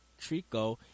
Trico